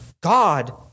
God